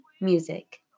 music